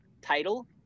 title